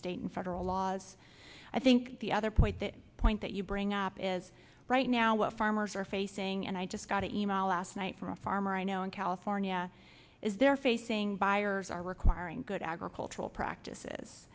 state and federal laws i think the other point that point that you bring up is right now what farmers are facing and i just got an email last night from a farmer i know in california is there facing buyers are requiring good agricultural practices